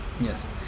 yes